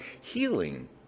healing